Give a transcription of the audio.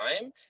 time